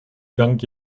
junk